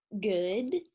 good